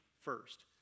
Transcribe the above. first